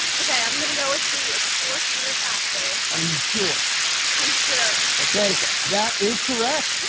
yeah okay i'm gonna go with b, explore career pathways. are you sure i'm sure! okay! that is correct! yeah